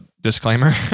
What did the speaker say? disclaimer